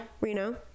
Reno